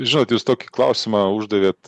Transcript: žinot jūs tokį klausimą uždavėt